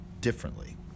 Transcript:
differently